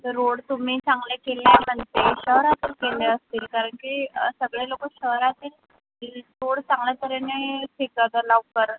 तर रोड तुम्ही चांगले केले म्हणते शहरातील केले असतील कारण की सगळे लोक शहरातील रोड चांगल्या तऱ्हेने लवकर